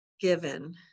given